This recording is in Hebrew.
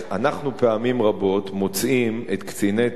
אנחנו פעמים רבות מוצאים את קציני צה"ל,